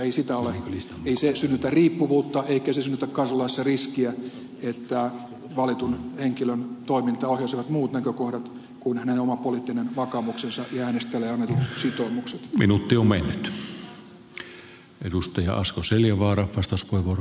ei se synnytä riippuvuutta eikä se synnytä kansalaisissa riskiä että valitun henkilön toimintaa ohjaisivat muut näkökohdat kuin hänen oma poliittinen vakaumuksensa ja äänestäjille annetut sitoumukset